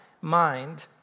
mind